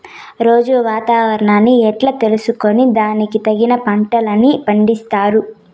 రోజూ వాతావరణాన్ని ఎట్లా తెలుసుకొని దానికి తగిన పంటలని పండిస్తారు?